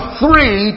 three